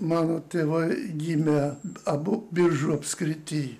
mano tėvai gimė abu biržų apskrity